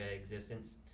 Existence